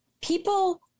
people –